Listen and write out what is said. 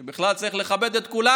ובכלל, צריך לכבד את כולם.